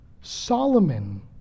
Solomon